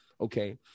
Okay